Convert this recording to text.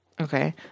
Okay